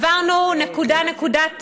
ועברנו נקודה-נקודה,